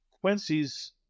Quincy's